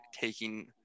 taking –